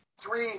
three